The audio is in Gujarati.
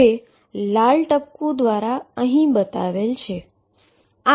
જે લાલ ટપકું દ્વારા અહીં બતાવેલ છે